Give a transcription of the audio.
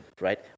right